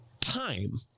time